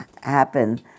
happen